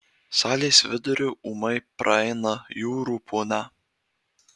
salės viduriu ūmai praeina jūrų ponia